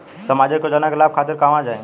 सामाजिक योजना के लाभ खातिर कहवा जाई जा?